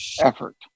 effort